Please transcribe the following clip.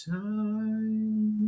time